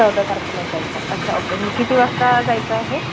चौदा तारखेला जायचं आहे अच्छा ओके किती वाजता जायचं आहे